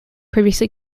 previously